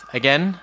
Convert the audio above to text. again